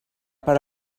per